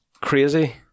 crazy